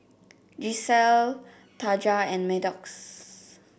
Gisselle Taja and Maddox